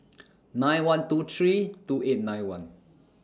nine one two three two eight nine one